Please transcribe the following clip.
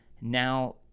now